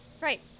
Right